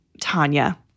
Tanya